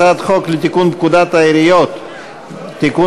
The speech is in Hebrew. הצעת חוק לתיקון פקודת העיריות (מס'